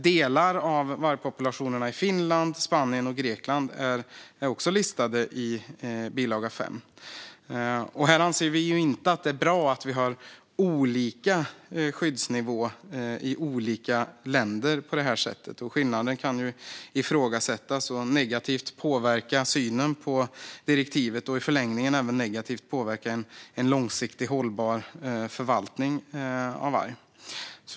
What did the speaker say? Delar av vargpopulationerna i Finland, Spanien och Grekland är också listade i bilaga 5. Vi anser inte att det är bra att vi har olika skyddsnivå i olika länder på detta sätt - skillnaden kan ifrågasättas och negativt påverka synen på direktivet och i förlängningen även negativt påverka en långsiktigt hållbar förvaltning av varg.